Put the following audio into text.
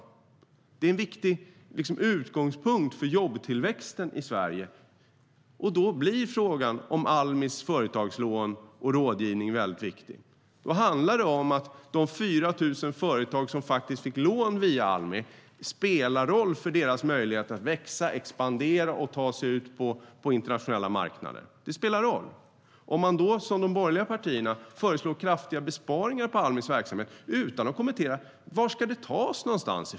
Det är en utgångspunkt för jobbtillväxten i Sverige. Då är frågan om Almis företagslån och rådgivning väldigt viktig. För de 4 000 företag som fick lån via Almi spelar detta en roll för deras möjlighet att växa, expandera och ta sig ut på internationella marknader.De borgerliga partierna föreslår kraftiga besparingar på Almis verksamhet utan att säga var det ska tas någonstans.